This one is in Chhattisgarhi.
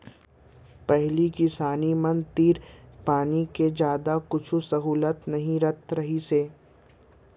पहिली किसान मन तीर पानी के जादा कुछु सहोलत नइ रहत रहिस